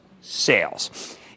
sales